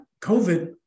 COVID